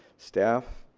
staff,